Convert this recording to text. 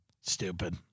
Stupid